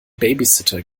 babysitter